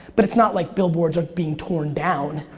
but it's not like billboards are being torn down,